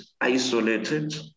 isolated